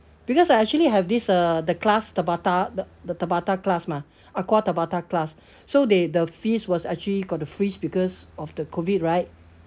because I actually have this uh the class tabata the the tabata class mah aqua tabata class so they the fees was actually got to freeze because of the COVID right